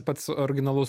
pats originalus